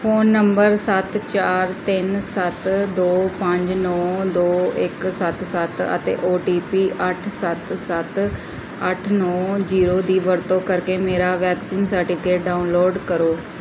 phone number ਸੱਤ ਚਾਰ ਤਿੰਨ ਸੱਤ ਦੋ ਪੰਜ ਨੌਂ ਦੋ ਇੱਕ ਸੱਤ ਸੱਤ ਅਤੇ ਔ ਟੀ ਪੀ ਅੱਠ ਸੱਤ ਸੱਤ ਅੱਠ ਨੌਂ ਜੀਰੋ ਦੀ ਵਰਤੋਂ ਕਰਕੇ ਮੇਰਾ ਵੈਕਸੀਨ ਸਰਟੀਫਿਕੇਟ ਡਾਊਨਲੋਡ ਕਰੋ